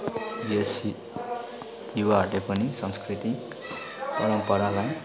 यस युवाहरूले पनि संस्कृति परम्परालाई